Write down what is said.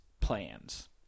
plans